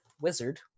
wizard